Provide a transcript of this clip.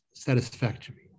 Satisfactory